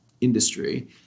industry